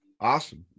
awesome